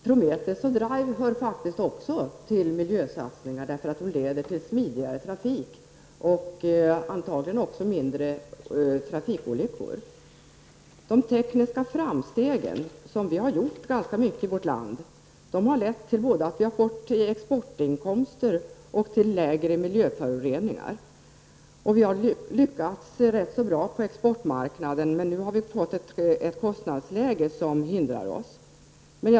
Prometheus och Drive hör faktiskt också till miljösatsningarna, för det leder till smidigare trafik och antagligen även till färre trafikolyckor. Ganska många tekniska framsteg som vi har gjort i vårt land har lett till att vi har fått både exportinkomster och lägre miljöföroreningar. Vi har lyckats rätt så bra på exportmarknaden, men nu har vi fått ett kostnadsläge som hindrar oss.